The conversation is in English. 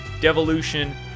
devolution